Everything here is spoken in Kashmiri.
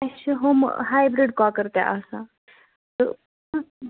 اَسہِ چھِ یِم ہایبرِڈ کۄکر تہِ آسان تہٕ